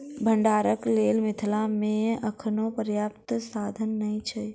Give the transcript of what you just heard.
भंडारणक लेल मिथिला मे अखनो पर्याप्त साधन नै अछि